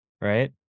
Right